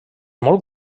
molt